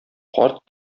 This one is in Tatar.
карт